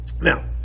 Now